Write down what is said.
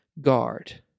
guard